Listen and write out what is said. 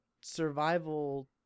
survival